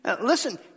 Listen